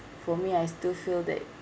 for me I still feel that